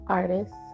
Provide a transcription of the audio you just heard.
artist